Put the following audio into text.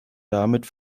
damit